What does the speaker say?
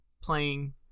playing